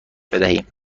بدهیم